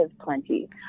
plenty